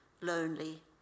lonely